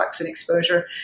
exposure